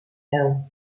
veu